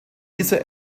dieser